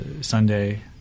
Sunday